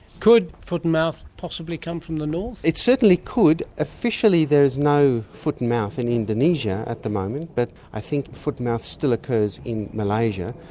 could foot and mouth possibly come from the north? it certainly could. officially there is no foot and mouth in indonesia at the moment, but i think foot and mouth still occurs in malaysia,